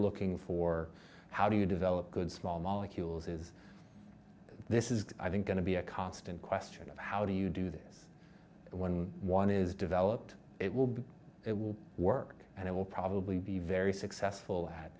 looking for how do you develop good small molecules is this is i think going to be a constant question of how do you do this one one is developed it will be it will work and it will probably be very successful at